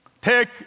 take